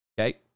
okay